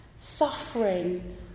suffering